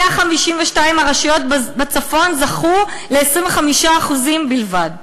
152 הרשויות בצפון זכו ל-25% בלבד.